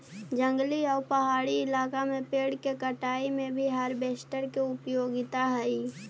जंगली आउ पहाड़ी इलाका में पेड़ के कटाई में भी हार्वेस्टर के उपयोगिता हई